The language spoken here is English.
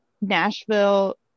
Nashville